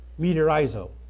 Meteorizo